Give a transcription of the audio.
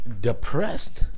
depressed